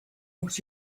what